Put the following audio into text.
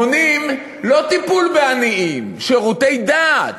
מונעים טיפול בעניים, שירותי דת.